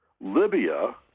Libya